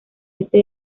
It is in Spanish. este